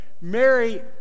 mary